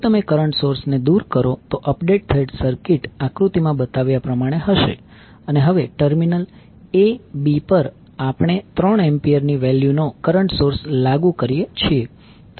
જો તમે કરંટ સોર્સને દૂર કરો તો અપડેટ થયેલ સર્કિટ આકૃતિમાં બતાવ્યા પ્રમાણે હશે અને હવે ટર્મિનલ a b પર આપણે ૩ એમ્પીયાર ની વેલ્યુ નો કરંટ સોર્સ લાગુ કરીએ છીએ